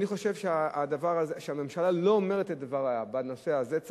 אני חושב שהממשלה לא אומרת את דברה בנושא הזה.